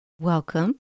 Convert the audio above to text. Welcome